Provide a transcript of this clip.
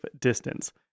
distance